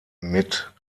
mit